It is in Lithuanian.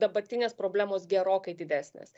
dabartinės problemos gerokai didesnės